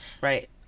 Right